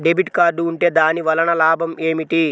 Debit card ఉంటే దాని వలన లాభం ఏమిటీ?